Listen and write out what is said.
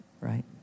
right